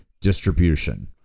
distribution